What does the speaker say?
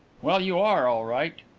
well, you are all right.